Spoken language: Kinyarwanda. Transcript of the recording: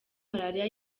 malariya